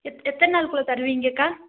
எத் எத்தனை நாளுக்குள்ள தருவீங்கக்கா